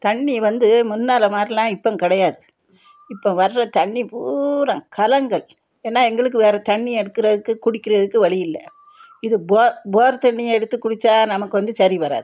தண்ணி வந்து முன்னால் மாதிரிலாம் இப்போ கிடையாது இப்போ வர்ற தண்ணி பூராம் கலங்கள் ஏன்னா எங்களுக்கு வேறே தண்ணி எடுக்கிறதுக்கு குடிக்கிறதுக்கு வழி இல்லை இது போர் போர் தண்ணி எடுத்து குடிச்சால் நமக்கு வந்து சரி வராது